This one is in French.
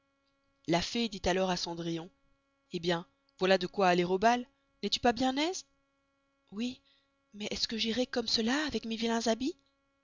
la fée dit alors à cendrillon hé bien voilà de quoy aller au bal n'es-tu pas bien aise ouy mais est-ce que j'irai comme cela avec mes vilains habits